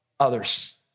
others